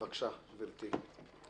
בבקשה, גברתי,